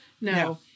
No